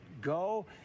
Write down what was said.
go